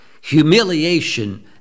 humiliation